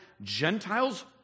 Gentiles